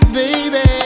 baby